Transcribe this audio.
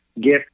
gift